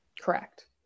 Correct